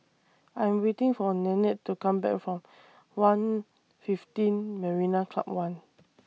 I Am waiting For Nanette to Come Back from one fifteen Marina Club one